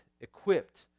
equipped